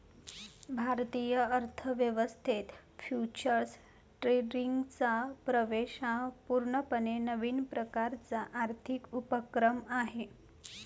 भारतीय अर्थ व्यवस्थेत फ्युचर्स ट्रेडिंगचा प्रवेश हा पूर्णपणे नवीन प्रकारचा आर्थिक उपक्रम आहे